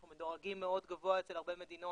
אנחנו מדורגים מאוד גבוה אצל הרבה מדינות